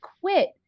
quit